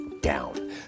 down